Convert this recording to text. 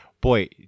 Boy